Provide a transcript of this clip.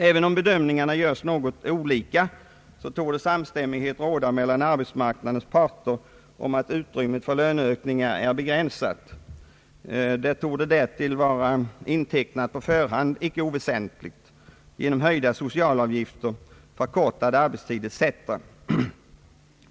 Även om bedömningarna görs något olika torde samstämmighet råda mellan arbetsmarknadens parter om att utrymmet för löneökningar är begränsat. Det torde därtill vara icke oväsentligt intecknat på förhand genom höjda sociala avgifter, förkortad arbetstid etc.